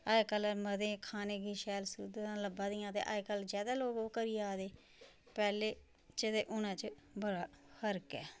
अज्जकल मते खाने गी शैल सुविधा लब्भा दियां ते अज्जकल ज्यादा लोक ओह् करी जा'रदे पैह्लें च के हूनै च बड़ा फर्क ऐ